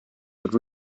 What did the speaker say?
would